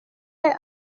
est